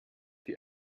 die